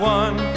one